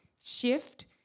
shift